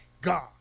God